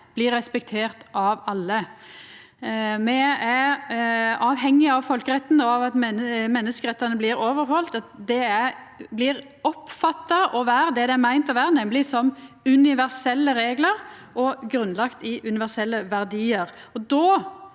blir respektert av alle. Me er avhengige av folkeretten og av at menneskerettane blir overhaldne, at dei blir oppfatta å vera det dei er meinte å vera, nemleg universelle reglar og grunnlagde i universelle verdiar.